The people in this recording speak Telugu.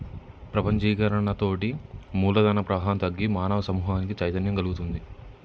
ప్రపంచీకరణతోటి మూలధన ప్రవాహం తగ్గి మానవ సమూహానికి చైతన్యం గల్గుతుంది